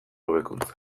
hobekuntza